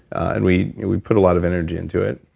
and we we put a lot of energy into it.